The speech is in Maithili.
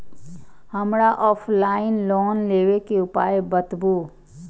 हमरा ऑफलाइन लोन लेबे के उपाय बतबु?